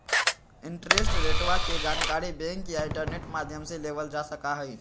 interest रेटवा के जानकारी बैंक या इंटरनेट माध्यम से लेबल जा सका हई